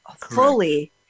fully